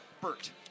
Bert